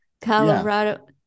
Colorado